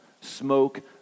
smoke